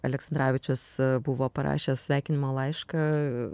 aleksandravičius buvo parašęs sveikinimo laišką